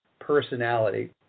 personality